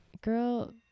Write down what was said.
girl